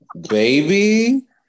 baby